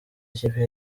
ikipe